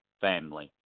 family